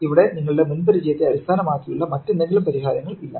ഇവിടെ നിങ്ങളുടെ മുൻപരിചയത്തെ അടിസ്ഥാനമാക്കിയുള്ള മറ്റെന്തെങ്കിലും പരിഹാരങ്ങൾ ഇല്ല